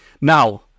Now